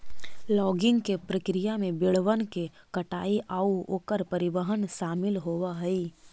logging के प्रक्रिया में पेड़बन के कटाई आउ ओकर परिवहन शामिल होब हई